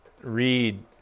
read